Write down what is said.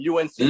UNC